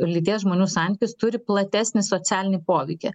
lyties žmonių santykius turi platesnį socialinį poveikį